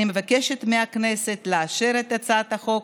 אני מבקשת מהכנסת לאשר את הצעת החוק